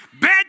Bad